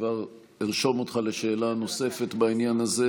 במצב הנוכחי,